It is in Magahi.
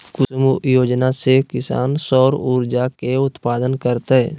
कुसुम योजना से किसान सौर ऊर्जा के उत्पादन करतय